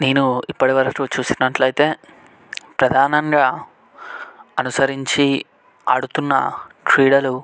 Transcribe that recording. నేను ఇప్పటి వరకు చూసినట్లయితే ప్రధానంగా అనుసరించి ఆడుతున్న క్రీడలు